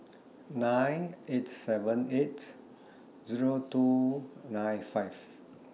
nine eight seven eight Zero two nine five